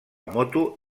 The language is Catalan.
moto